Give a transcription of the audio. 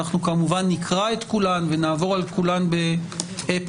כמובן שנקרא את כולן ונעבור על כולן בפירוט.